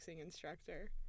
instructor